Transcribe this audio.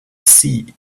see